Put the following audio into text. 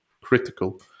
critical